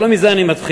אבל לא מזה אני מתחיל.